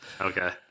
Okay